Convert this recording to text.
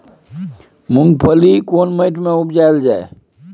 मूंगफली केना माटी में उपजायल जाय?